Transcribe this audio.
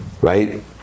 right